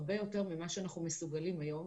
הרבה יותר ממה שאנחנו מסוגלים היום.